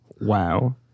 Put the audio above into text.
Wow